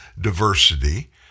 diversity